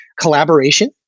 Collaboration